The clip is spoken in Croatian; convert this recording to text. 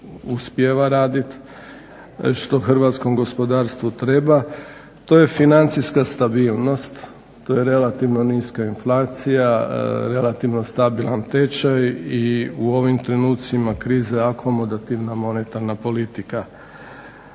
u ovim trenucima krize akomodativna monetarna politika.